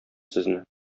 сезне